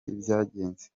vyagenze